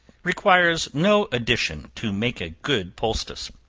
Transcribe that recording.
requires no addition to make a good poultice.